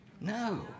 No